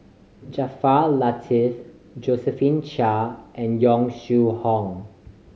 Jaafar Latiff Josephine Chia and Yong Shu Hoong